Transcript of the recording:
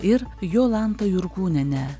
ir jolanta jurkūniene